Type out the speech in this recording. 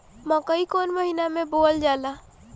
मकई कौन महीना मे बोअल जाला?